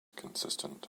consistent